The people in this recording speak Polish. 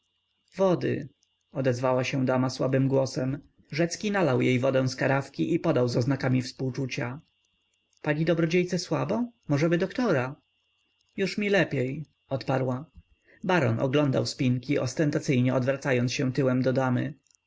wody odezwała się dama słabym głosem rzecki nalał jej wodę z karafki i podał z oznakami współczucia pani dobrodziejce słabo możeby doktora już mi lepiej odparła baron oglądał spinki ostetacyjnie odwracając się tyłem